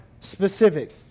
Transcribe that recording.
specific